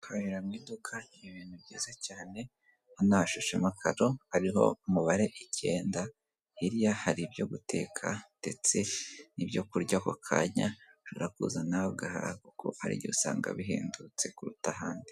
Gukorera mu iduka ni ibintu byiza cyane, urabona hashashe amakaro ahariho umubare icyenda, hirya hari ibyo guteka ndetse n'ibyo kurya ako kanya ushobora kuza nawe ugahaha kuko hari igihe usanga bihendutse kuruta ahandi.